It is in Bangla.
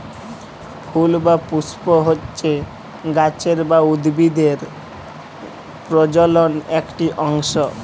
ফুল বা পুস্প হচ্যে গাছের বা উদ্ভিদের প্রজলন একটি অংশ